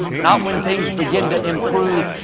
not when things begin to improve.